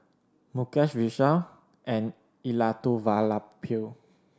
Mukesh Vishal and Elattuvalapil